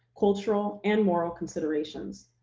cultural, and moral considerations.